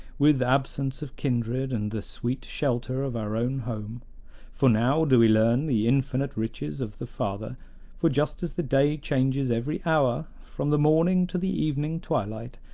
with absence of kindred and the sweet shelter of our own home for now do we learn the infinite riches of the father for just as the day changes every hour, from the morning to the evening twilight,